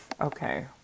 okay